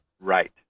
Right